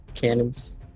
cannons